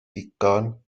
ddigon